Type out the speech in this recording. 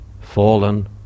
fallen